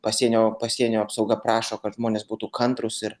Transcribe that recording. pasienio pasienio apsauga prašo kad žmonės būtų kantrūs ir